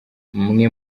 mwe